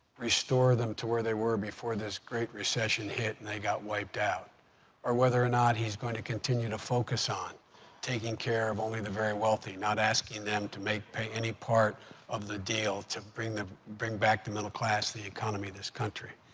restore them to where they were before this great recession hit and they got wiped out or whether or not he's going to continue to focus on taking care of only the very wealthy, not asking them to make pay any part of the deal to bring the bring back the middle class, the economy of this country.